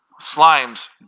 slimes